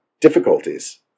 Difficulties